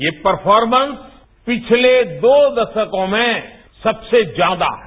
ये परफोरमन्स पिछले दो दशकों में सबसे ज्यादा है